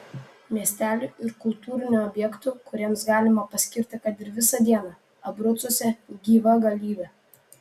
miestelių ir kultūrinių objektų kuriems galima paskirti kad ir visą dieną abrucuose gyva galybė